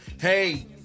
Hey